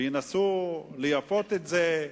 וינסו לייפות את זה,